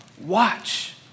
watch